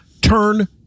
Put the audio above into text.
turn